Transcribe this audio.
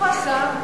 איפה השר?